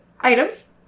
items